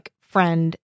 friend